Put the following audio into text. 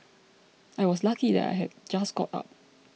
I was lucky that I had just got up